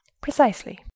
Precisely